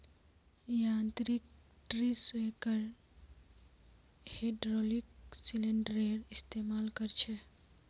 यांत्रिक tree shaker hydraulic सिलिंडरेर इस्तेमाल कर छे